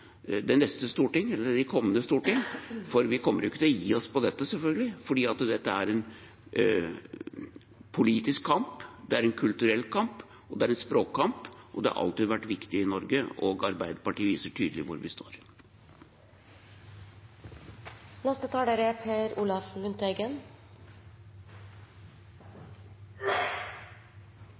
å gi oss på dette, selvfølgelig. Det er en politisk kamp, det er en kulturell kamp, og det er en språkkamp, og det har alltid vært viktig i Norge, og Arbeiderpartiet viser tydelig hvor vi